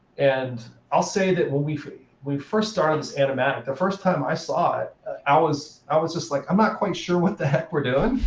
and i'll say that when we we first started this animatic, the first time i saw it, i was i was just like, i'm not quite sure what the heck we're doing.